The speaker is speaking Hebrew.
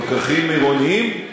פקחים עירוניים?